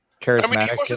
charismatic